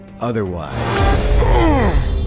Otherwise